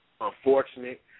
unfortunate